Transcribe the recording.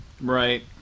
Right